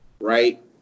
Right